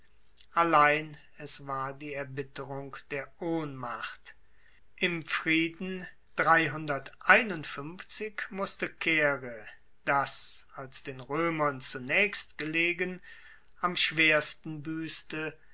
allein es war die erbitterung der ohnmacht im frieden musste caere das als den roemern zunaechst gelegen am schwersten buesste